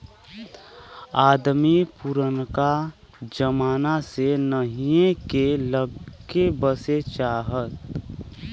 अदमी पुरनका जमाना से नहीए के लग्गे बसे चाहत